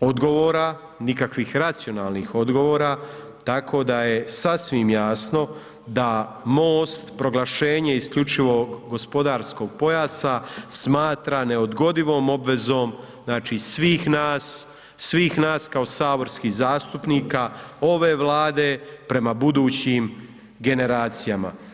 odgovora, nikakvih racionalnih odgovora tako da je sasvim jasno da MOST proglašenje isključivog gospodarskog pojasa smatra neodgodivom obvezom znači svih nas, svih nas kao saborskih zastupnika ove Vlade prema budućim generacijama.